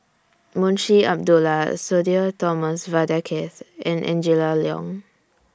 Munshi Abdullah Sudhir Thomas Vadaketh and Angela Liong